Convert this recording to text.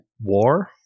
War